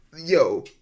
yo